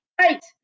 right